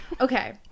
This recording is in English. Okay